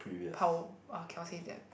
跑 ah cannot say that